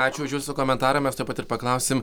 ačiū už jūsų komentarą mes tuoj pat ir paklausim